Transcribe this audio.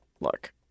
look